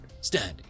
standing